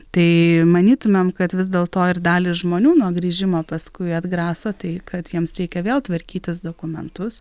tai manytumėm kad vis dėlto ir dalį žmonių nuo grįžimo paskui atgraso tai kad jiems reikia vėl tvarkytis dokumentus